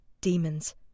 Demons